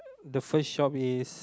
the first shop is